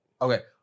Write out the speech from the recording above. Okay